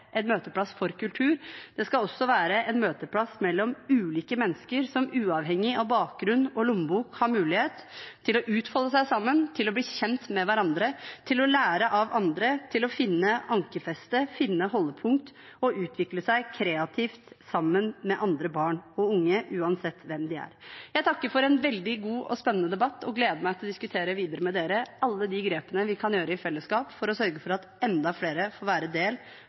en møteplass for kultur. Den skal også være en møteplass mellom ulike mennesker som uavhengig av bakgrunn og lommebok har mulighet til å utfolde seg sammen, til å bli kjent med hverandre, til å lære av andre, til å finne ankerfeste, finne holdepunkter og utvikle seg kreativt sammen med andre barn og unge, uansett hvem de er. Jeg takker for en veldig god og spennende debatt og gleder meg til å diskutere videre med dere alle de grepene vi kan gjøre i fellesskap for å sørge for at enda flere får være del